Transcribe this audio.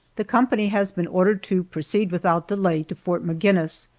the company has been ordered to proceed without delay to fort maginnis,